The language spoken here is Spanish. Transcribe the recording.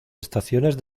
estaciones